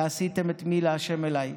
ועשיתם את "מי לה' אליי".